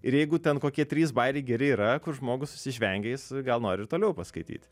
ir jeigu ten kokie trys bajeriai geri yra kur žmogus susižvengė jis gal nori ir toliau paskaityt